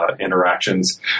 interactions